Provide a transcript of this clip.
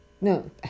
No